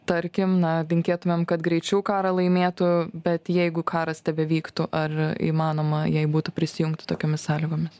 tarkim na linkėtumėm kad greičiau karą laimėtų bet jeigu karas tebevyktų ar įmanoma jai būtų prisijungti tokiomis sąlygomis